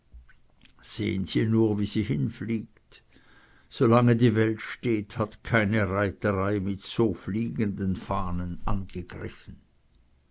sehen sie nur wie sie hinfliegt solange die welt steht hat keine reiterei mit so fliegenden fahnen angegriffen